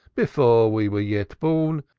before we were yet born,